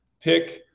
pick